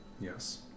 Yes